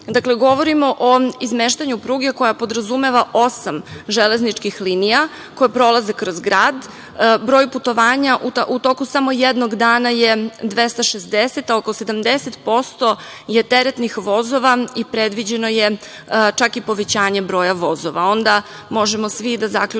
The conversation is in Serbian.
govorimo o izmeštanju pruge koja podrazumeva osam železničkih linija koje prolaze kroz grad. Broj putovanja u toku samo jednog dana je 260, a oko 70% je teretnih vozova i predviđeno je čak i povećanje broja vozova. Onda možemo svi da zaključimo